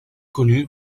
connue